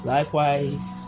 Likewise